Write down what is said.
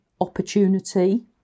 opportunity